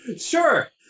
Sure